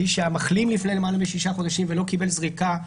מי שהיה מחלים לפני למעלה משישה חודשים ולא קיבל זריקה,